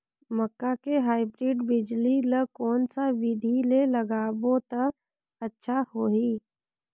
मक्का के हाईब्रिड बिजली ल कोन सा बिधी ले लगाबो त अच्छा होहि?